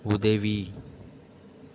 உதவி